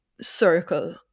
circle